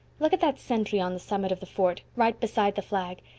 look at that sentry on the summit of the fort, right beside the flag.